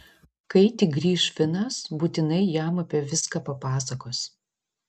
kai tik grįš finas būtinai jam apie viską papasakos